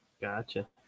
Gotcha